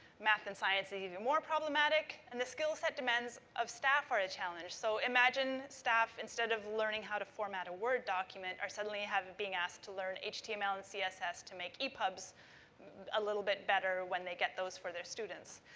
math and science is even more problematic, and the skill-set demands of staff are a challenge. so, imagine, staff, instead of learning how to format a word document, are suddenly being asked to learn html html and css to make epubs a little bit better, when they get those for their students.